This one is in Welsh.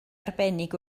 arbennig